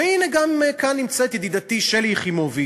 והנה גם נמצאת כאן ידידתי שלי יחימוביץ,